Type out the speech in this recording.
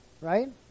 right